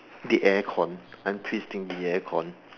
the air con I'm twisting the air con